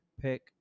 pick